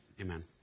amen